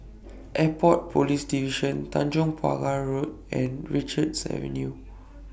Airport Police Division Tanjong Pagar Road and Richards Avenue